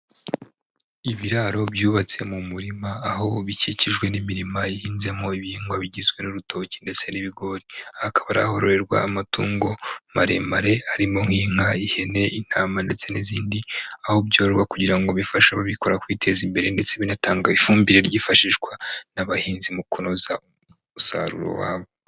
Ibiraro byubatse mu murima aho bikikijwe n'imirima ihinzemo ibihingwa bigizwe n'urutoki ndetse n'ibigori, hakaba ari ahororerwa amatungo maremare, arimo nk'inka, ihene, intama ndetse n'izindi, aho byoroha kugira ngo bifashe ababikora kwiteza imbere, ndetse binatanga ifumbire ryifashishwa n'abahinzi mu kunoza umusaruro wabo.